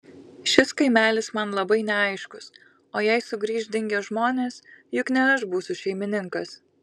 šis kaimelis man labai neaiškus o jei sugrįš dingę žmonės juk ne aš būsiu šeimininkas